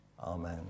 Amen